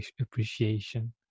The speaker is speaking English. appreciation